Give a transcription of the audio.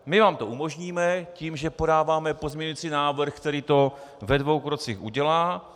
My vám to umožníme tím, že podáváme pozměňující návrh, který to ve dvou krocích udělá.